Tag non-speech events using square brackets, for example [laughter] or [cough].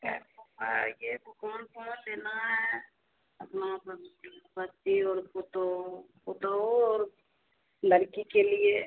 [unintelligible] कौन लेना है अपना अपना बच्ची और पतोहू पतोहू और लड़की के लिए